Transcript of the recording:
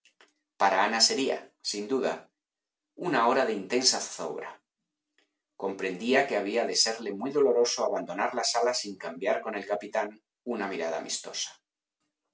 para ana sería sin duda una hora de intensa zozobra comprendía que había de serle muy doloroso abandonar la sala sin cambiar con el capitán una mirada amistosa